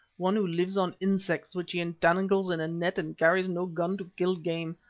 one who lives on insects which he entangles in a net, and carries no gun to kill game.